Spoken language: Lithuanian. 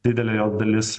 didelė jo dalis